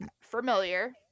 familiar